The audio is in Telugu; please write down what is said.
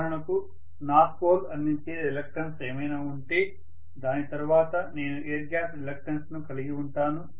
ఉదాహరణకు నార్త్ పోల్ అందించే రిలక్టన్స్ ఏమైనా ఉంటే దాని తర్వాత నేను ఎయిర్ గ్యాప్ రిలక్టన్స్ ను కలిగి ఉంటాను